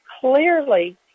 clearly